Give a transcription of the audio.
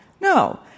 No